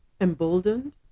emboldened